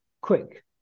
Quick